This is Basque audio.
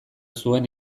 zuen